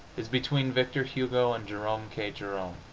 is between victor hugo and jerome k. jerome.